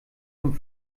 dem